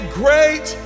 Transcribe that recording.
great